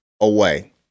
away